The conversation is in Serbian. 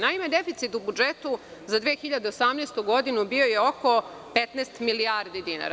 Naime deficit u budžetu za 2008. godinu bio je oko 15 milijardi dinara.